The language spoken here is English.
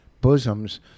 bosoms